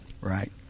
Right